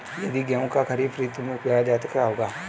यदि गेहूँ को खरीफ ऋतु में उगाया जाए तो क्या होगा?